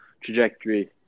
trajectory